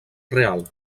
real